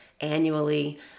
annually